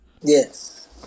Yes